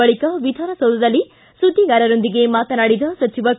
ಬಳಿಕ ವಿಧಾನಸೌಧದಲ್ಲಿ ಸುದ್ದಿಗಾರರೊಂದಿಗೆ ಮಾತನಾಡಿದ ಸಚಿವ ಕೆ